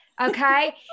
okay